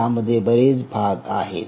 त्यामध्ये बरेच भाग आहेत